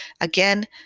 Again